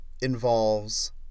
involves